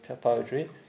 poetry